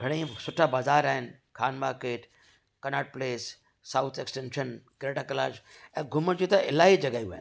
घणेई सुठा बाज़ारि आहिनि Khan market Connaught place south extension greater Kailash ऐं घुमण जी त इलाही जॻहायू आहिनि